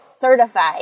certified